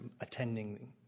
attending